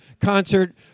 concert